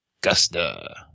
Gusta